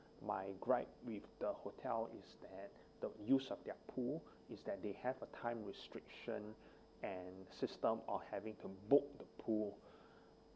my gripe with the hotel is that the use of their pool is that they have a time restriction and system or having to book the pool